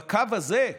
בקו הזה,